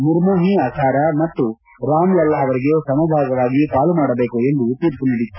ನಿರ್ಮೋಹಿ ಅಖಾರ ಮತ್ತು ರಾಮ್ ಲಲ್ಲಾ ಅವರಿಗೆ ಸಮಭಾಗವಾಗಿ ಪಾಲು ಮಾಡಬೇಕು ಎಂದು ತೀರ್ಮ ನೀಡಿತ್ತು